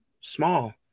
small